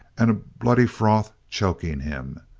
and a bloody froth choking him.